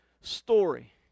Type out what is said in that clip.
story